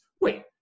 Wait